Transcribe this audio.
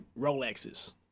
Rolexes